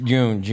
June